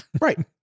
right